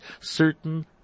certain